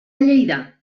lleida